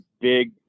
big